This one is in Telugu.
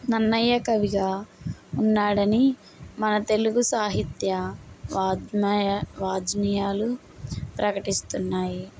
నన్నయకవిజా ఉన్నాడని మన తెలుగు సాహిత్య వాగ్మయ వాజ్నియాలు ప్రకటిస్తున్నాయి